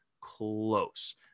close